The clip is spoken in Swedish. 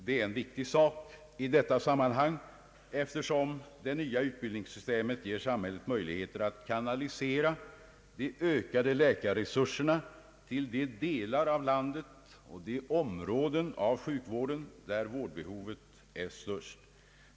Det är en viktig sak i detta sammanhang, eftersom det nya utbildningssystemet ger samhället möjligheter att kanalisera de ökade läkarresurserna till de delar av landet och de områden av sjukvården där vårdbehovet är störst.